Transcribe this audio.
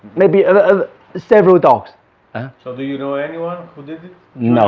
maybe ah several dogs so do you know anyone who did it? you know